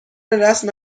رسم